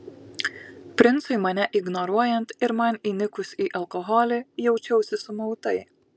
princui mane ignoruojant ir man įnikus į alkoholį jaučiausi sumautai